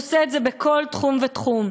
והוא עושה את זה בכל תחום ותחום.